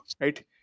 right